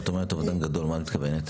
כשאת אומרת 'אובדן גדול', למה את מתכוונת?